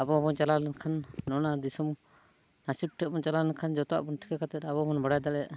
ᱟᱵᱚ ᱦᱚᱸᱵᱚᱱ ᱪᱟᱞᱟᱣ ᱞᱮᱱᱠᱷᱟᱱ ᱱᱚᱣᱟ ᱫᱤᱥᱚᱢ ᱱᱟᱹᱥᱤᱵ ᱴᱷᱮᱡ ᱵᱚᱱ ᱪᱟᱞᱟᱣ ᱞᱮᱱᱠᱷᱟᱱ ᱡᱚᱛᱚᱣᱟᱜ ᱵᱚᱱ ᱴᱷᱤᱠᱟᱹ ᱠᱟᱛᱮᱫ ᱟᱵᱚᱵᱚᱱ ᱵᱟᱲᱟᱭ ᱫᱟᱲᱮᱭᱟᱜᱼᱟ